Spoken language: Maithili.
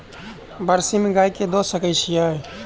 बरसीम गाय कऽ दऽ सकय छीयै?